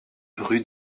rue